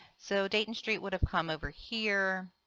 so dayton street would have come over here.